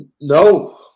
No